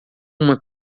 uma